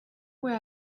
where